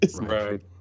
Right